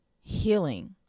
healing